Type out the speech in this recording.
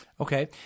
Okay